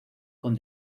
con